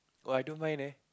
oh I don't mind leh